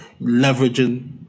leveraging